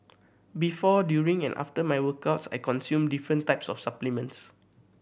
before during and after my workouts I consume different types of supplements